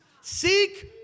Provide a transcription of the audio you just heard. Seek